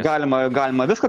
galima galima viską